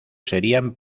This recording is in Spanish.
serían